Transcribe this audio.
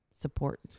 support